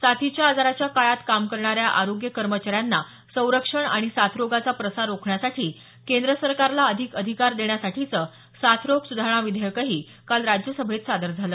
साथीच्या आजाराच्या काळात काम करणाऱ्या आरोग्य कर्मचाऱ्यांना संरक्षण आणि साथरोगाचा प्रसार रोखण्यासाठी केंद्र सरकारला अधिक अधिकार देण्यासाठीचं साथरोग सुधारणा विधेयकही काल राज्य सभेत सादर झाल